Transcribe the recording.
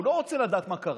הוא לא רוצה לדעת מה קרה,